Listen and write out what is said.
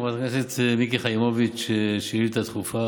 חברת הכנסת מיקי חיימוביץ' שאילתה דחופה